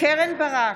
קרן ברק,